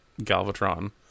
Galvatron